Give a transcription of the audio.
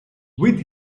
with